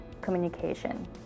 communication